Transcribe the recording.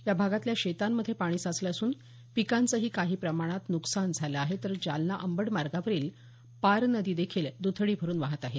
या भागातल्या शेतांमध्ये पाणी साचलं असून पिकांचंही काही प्रमाणात नुकसान झालं आहे तर जालना अंबड मार्गावरील पारनदीदेखील दुथडी भरून वाहत आहे